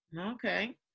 Okay